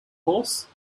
course